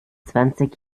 zwanzig